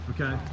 Okay